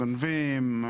גונבים,